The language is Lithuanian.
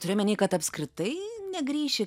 turi omeny kad apskritai negrįši